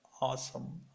awesome